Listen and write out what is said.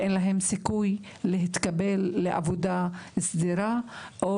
אין סיכוי להתקבל לעבודה סדירה או